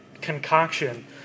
concoction